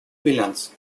bilanz